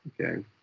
Okay